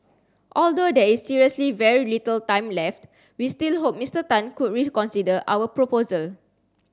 although there is seriously very little time left we still hope Mister Tan could reconsider our proposal